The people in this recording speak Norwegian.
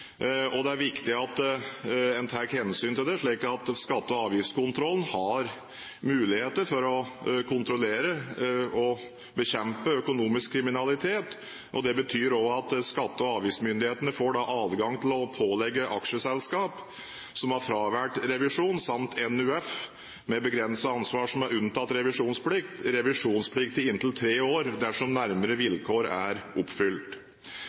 skattekontrollspørsmål. Det er viktig at en tar hensyn til det, slik at skatte- og avgiftskontrollen har muligheter for å kontrollere og bekjempe økonomisk kriminalitet. Det betyr også at skatte- og avgiftsmyndighetene får adgang til å pålegge aksjeselskap som har fravalgt revisjon, samt NUF med begrenset ansvar som er unntatt revisjonsplikt, revisjonsplikt i inntil tre år dersom nærmere vilkår er oppfylt.